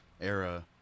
era